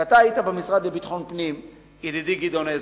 ואתה, ידידי חבר הכנסת גדעון עזרא,